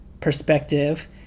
perspective